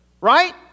Right